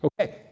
Okay